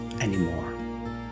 anymore